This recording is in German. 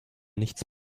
nichts